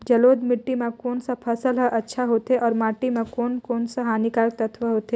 जलोढ़ माटी मां कोन सा फसल ह अच्छा होथे अउर माटी म कोन कोन स हानिकारक तत्व होथे?